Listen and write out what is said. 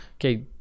okay